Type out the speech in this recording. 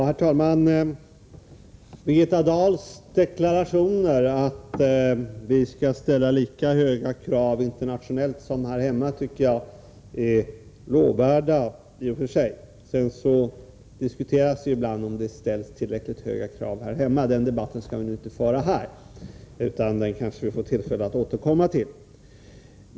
Herr talman! Birgitta Dahls deklarationer att vi skall ställa lika höga krav internationellt som här hemma tycker jag i och för sig är lovvärda. Sedan diskuteras det ibland om det ställs tillräckligt höga krav här hemma — men den debatten kanske vi får tillfälle att återkomma till.